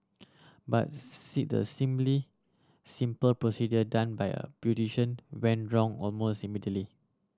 but see the seemly simple procedure done by a beautician went wrong almost immediately